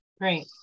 Great